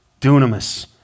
dunamis